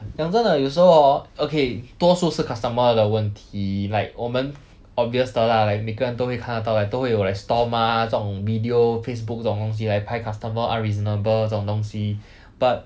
讲真的有时候 hor okay 多数是 customer 的问题 like 我们 obvious 的 lah like 每个人都会看得到 like 都会有 like Stomp ah 这种 video Facebook 这种东西来拍 customer unreasonable 这种东西 but